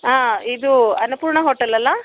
ಹಾಂ ಇದು ಅನ್ನಪೂರ್ಣ ಹೋಟೆಲ್ ಅಲಾ